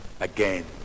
again